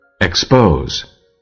Expose